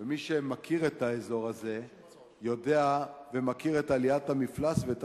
ומי שמכיר את האזור הזה יודע ומכיר את עליית המפלס ואת